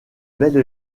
belle